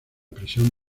prisión